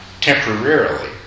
temporarily